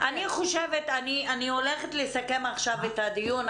אני הולכת לסכם עכשיו את הדיון.